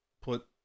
put